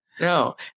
No